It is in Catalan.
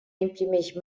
imprimeix